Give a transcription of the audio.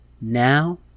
Now